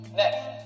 next